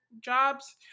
jobs